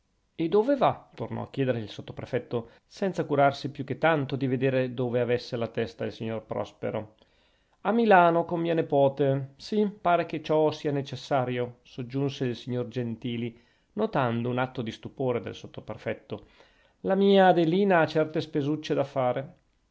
e dove va tornò a chiedere il sottoprefetto senza curarsi più che tanto di vedere dove avesse la testa il signor prospero a milano con mia nepote sì pare che ciò sia necessario soggiunse il signor gentili notando un atto di stupore del sottoprefetto la mia adelina ha certe spesucce da fare